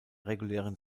regulären